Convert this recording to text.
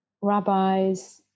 rabbis